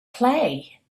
play